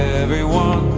everyone